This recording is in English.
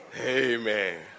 Amen